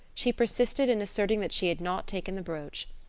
she persisted in asserting that she had not taken the brooch.